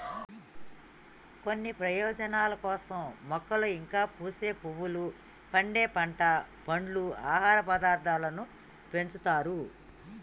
కొన్ని ప్రయోజనాల కోసం మొక్కలు ఇంకా పూసే పువ్వులు, పండే పంట, పండ్లు, ఆహార పదార్థాలను పెంచుతారు